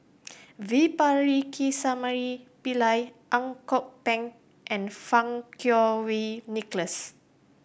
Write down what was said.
V Pakirisamy Pillai Ang Kok Peng and Fang Kuo Wei Nicholas